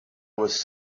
was